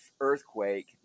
earthquake